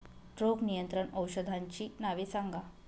रोग नियंत्रण औषधांची नावे सांगा?